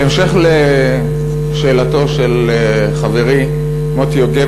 בהמשך לשאלתו של חברי מוטי יוגב,